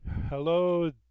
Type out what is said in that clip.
Hello